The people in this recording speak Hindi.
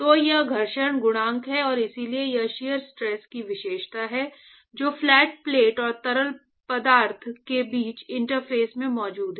तो यह घर्षण गुणांक है और इसलिए यह शियर स्ट्रेस की विशेषता है जो फ्लैट प्लेट और तरल पदार्थ के बीच इंटरफेस में मौजूद है